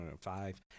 five